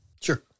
Sure